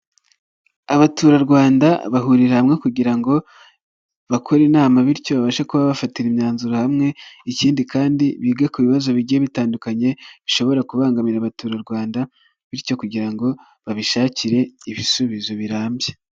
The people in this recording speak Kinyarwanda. Abaturarwanda bahurira hamwe kugira ngo bakore inama, bityo babashe kuba bafatira imyanzuro hamwe, ikindi kandi bige ku bibazo bigiye bitandukanye bishobora kubangamira abaturarwanda, bityo kugira ngo babishakire ibisubizo birambye.